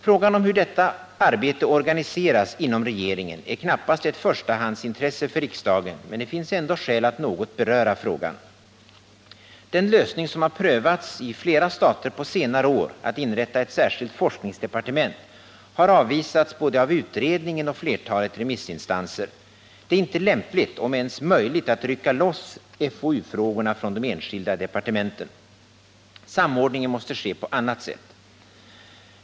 Frågan om hur detta arbete organiseras inom regeringen är knappast ett förstahandsintresse för riksdagen, men det finns ändock skäl att något beröra frågan. Den lösning som har prövats i flera stater på senare år, att inrätta ett särskilt forskningsdepartement, har avvisats både av utredningen och av flertalet remissinstanser. Det är inte lämpligt om ens möjligt att rycka loss FoU-frågorna från de enskilda departementen. Samordningen måste ske på annat sätt.